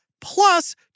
plus